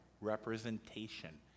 representation